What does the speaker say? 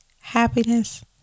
happiness